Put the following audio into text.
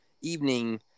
evening